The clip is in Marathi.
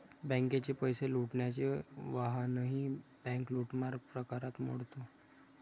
बँकेचे पैसे लुटण्याचे वाहनही बँक लूटमार प्रकारात मोडते